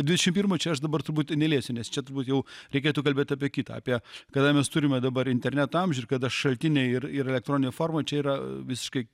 dvidešimt pirmo čia aš dabar turbūt neliesiu nes čia turbūt jau reikėtų kalbėti apie kitą apie kada mes turime dabar interneto amžių ir kada šaltiniai ir yra elektroninėj formoj čia yra visiškai